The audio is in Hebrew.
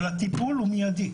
אבל הטיפול הוא מידי,